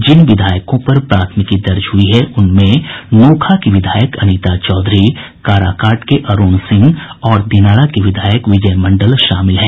जिन विधायकों पर प्राथमिकी दर्ज हुई है उनमें नोखा की विधायक अनिता चौधरी काराकाट के अरूण सिंह और दिनारा के विधायक विजय मंडल शामिल हैं